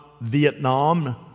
Vietnam